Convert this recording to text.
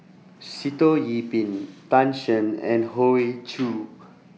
Sitoh Yih Pin Tan Shen and Hoey Choo